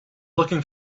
looking